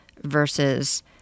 versus